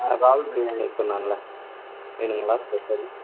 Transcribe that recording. ஆ இறால் பிரியாணி சொன்னேன்லே வேணுங்களா ஸ்பெஷல்